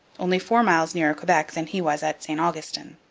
only four miles nearer quebec than he was at st augustin.